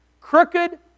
Crooked